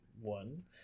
one